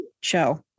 show